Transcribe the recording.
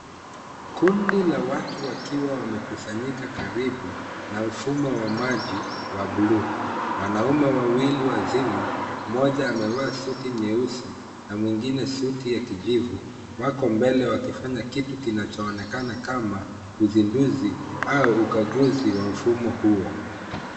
Kundi la watu wakiwa wamekusanyika karibu na mfumo wa maji wa(cs)blue, wanaume wawili wazima mmoja amevaa suti nyeusi na mwingine wa kijivu wako mbele wakifanya kitu kinacho onekana kama uzinduzi au ukaguzi wa mfumo huo.